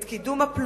את קידום הפלורליזם,